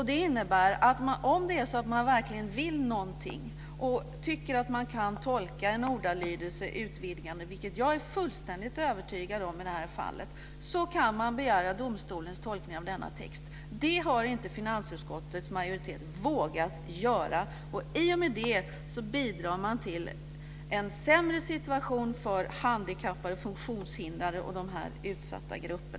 Det innebär att om man verkligen vill någonting och tycker att man kan tolka en ordalydelse utvidgande - vilket jag är fullständigt övertygad om i det här fallet - kan man begära domstolens tolkning av denna text. Det har finansutskottets majoritet inte vågat göra, och i och med det bidrar man till en sämre situation för handikappade, funktionshindrade och utsatta grupper.